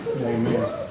Amen